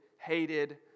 hated